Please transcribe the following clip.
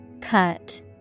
Cut